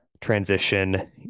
transition